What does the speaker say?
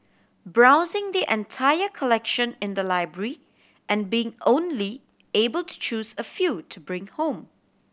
browsing the entire collection in the library and being only able to choose a few to bring home